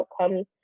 outcomes